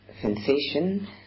sensation